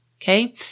Okay